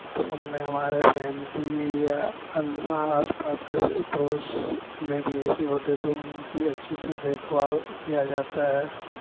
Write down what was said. تو ان میں ہمارے فیملی یا آس پاس کے پڑوس میں بھی ایسی ہوتے تو ان کی اچھی سے دیکھ بھال کیا جاتا ہے